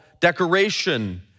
Decoration